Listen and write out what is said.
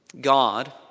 God